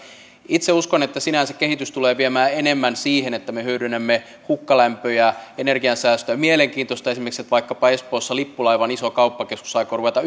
itse uskon että sinänsä kehitys tulee viemään enemmän siihen että me hyödynnämme hukkalämpöjä energiansäästöä mielenkiintoista esimerkiksi että vaikkapa espoossa lippulaivan iso kauppakeskus aikoo ruveta